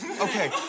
Okay